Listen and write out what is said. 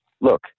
look